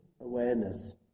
awareness